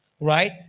Right